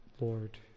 Lord